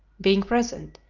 being present,